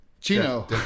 chino